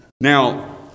Now